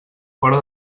fora